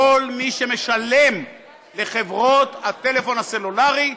כל מי שמשלם לחברות הטלפון הסלולרי,